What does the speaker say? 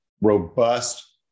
robust